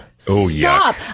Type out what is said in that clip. Stop